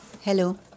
Hello